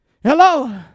Hello